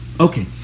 Okay